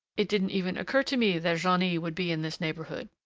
it didn't even occur to me that jeannie would be in this neighborhood.